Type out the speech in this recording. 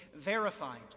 verified